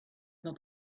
not